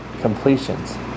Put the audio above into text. completions